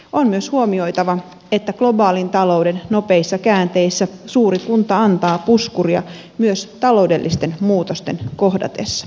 on myös huomioitava että globaalin talouden nopeissa käänteissä suuri kunta antaa puskuria myös taloudellisten muutosten kohdatessa